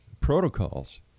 protocols